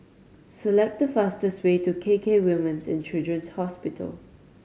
select the fastest way to K K Women's And Children's Hospital